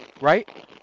right